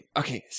okay